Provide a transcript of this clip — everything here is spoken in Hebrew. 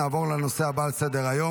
נעבור לנושא הבא על סדר-היום,